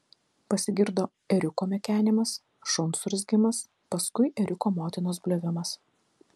pasigirdo ėriuko mekenimas šuns urzgimas paskui ėriuko motinos bliovimas